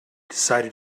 decided